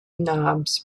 knobs